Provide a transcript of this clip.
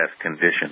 condition